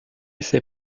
ses